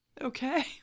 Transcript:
Okay